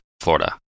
Florida